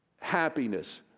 happiness